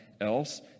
else